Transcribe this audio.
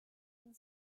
une